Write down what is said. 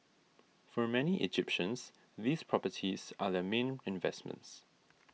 for many Egyptians these properties are their main investments